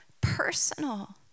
personal